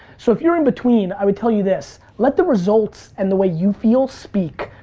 so if you're in-between, i would tell you this, let the results and the way you feel speak.